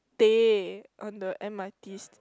teh on the m_r_t